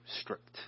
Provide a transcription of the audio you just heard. strict